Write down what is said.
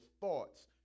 thoughts